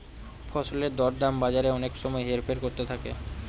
ফসলের দর দাম বাজারে অনেক সময় হেরফের করতে থাকে